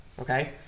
okay